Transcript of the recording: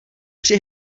při